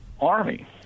Army